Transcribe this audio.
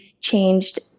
changed